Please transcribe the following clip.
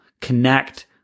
connect